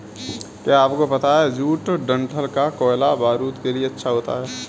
क्या आपको पता है जूट डंठल का कोयला बारूद के लिए अच्छा होता है